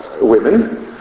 women